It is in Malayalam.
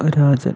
രാജൻ